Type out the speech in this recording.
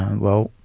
well,